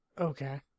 Okay